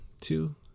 two